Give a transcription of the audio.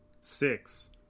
six